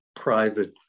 private